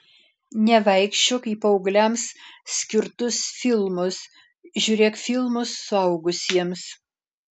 nevaikščiok į paaugliams skirtus filmus žiūrėk filmus suaugusiems